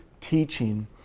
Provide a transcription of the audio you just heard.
teaching